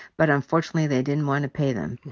but unfortunately they didn't want to pay them.